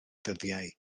ddyddiau